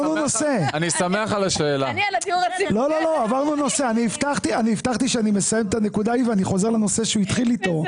אני הבטחתי שאני מסיים את הנקודה ההיא ואני חוזר לנושא שהוא התחיל איתו.